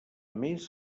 més